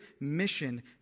mission